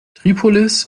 tripolis